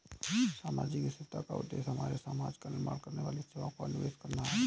सामाजिक स्थिरता का उद्देश्य हमारे समाज का निर्माण करने वाली सेवाओं का निवेश करना है